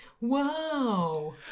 Wow